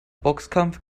boxkampf